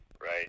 Right